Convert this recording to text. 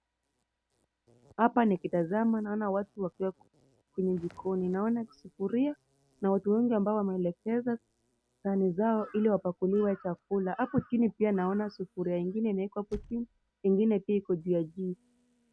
Hapa nikitazama naona watu wakiwa kwenye jikoni, naona sufuria na watu wengi ambao wameelekeza ili wapakuliwe chakula. Hapo chini naona sufuria ingine inaekwa hapo chini, ingine pia juu ya jiko.